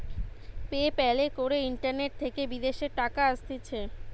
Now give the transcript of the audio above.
pay প্যালে করে internet থেকে বিদেশের টাকা আসতিছে